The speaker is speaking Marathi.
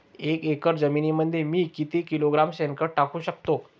एक एकर जमिनीमध्ये मी किती किलोग्रॅम शेणखत टाकू शकतो?